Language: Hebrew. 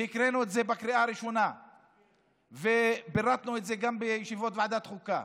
הקראנו את זה בקריאה הראשונה ופירטנו את זה גם בישיבות ועדת החוקה.